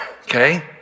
Okay